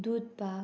दूद पाक